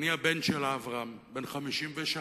אני הבן של אברם, בן 53,